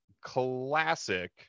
classic